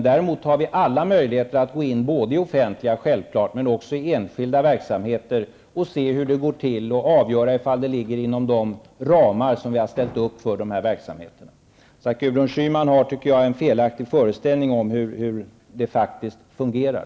Däremot har vi självfallet alla möjligheter att gå in i offentliga verksamheter, men också i enskilda verksamheter, och se hur det går till och avgöra om verksamheten drivs inom de uppställda ramarna. Jag tycker att Gudrun Schyman har en felaktig föreställning om hur det faktiskt fungerar.